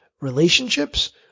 relationships